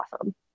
awesome